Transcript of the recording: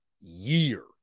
year